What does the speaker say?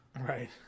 Right